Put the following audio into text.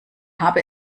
habe